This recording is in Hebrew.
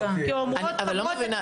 כי הן אומרות --- אבל אני לא מבינה,